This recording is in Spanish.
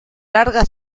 larga